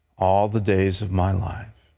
all the days of my life.